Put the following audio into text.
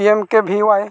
P M K V Y